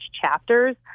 chapters